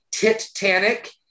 *Titanic*